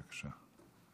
בבקשה.